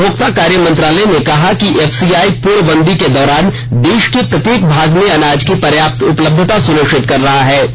उपमोक्ता कार्य मंत्रालय ने कहा कि एफसीआई पूर्णबंदी के दौरान देश के प्रत्येक भाग में अनाज की पर्याप्त उपलब्यता सुनिश्चित कर रहा है